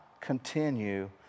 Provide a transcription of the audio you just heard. continue